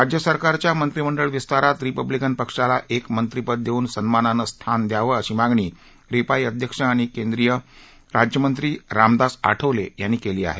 राज्य सरकारच्या मंत्रिमंडळ विस्तारात रिपब्लिकन पक्षाला एक मंत्रिपद देऊन सन्मानानं स्थान द्यावं अशी मागणी रिपाई अध्यक्ष आणि केंद्रीय राज्यमंत्री रामदास आठवले यांनी केली आहे